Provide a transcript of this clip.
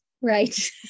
Right